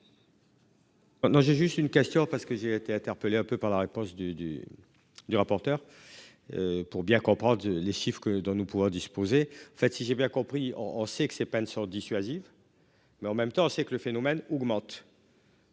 j'ai juste une question parce que j'ai été interpellé un peu par la réponse du du. Du rapporteur. Pour bien comprendre, les chiffres que dans nos pouvoir disposer fait si j'ai bien compris on on sait que c'est pas une sont dissuasive. Mais en même temps, c'est que le phénomène augmente.